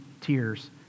tears